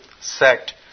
sect